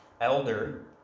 elder